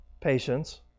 patience